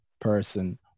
person